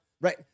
right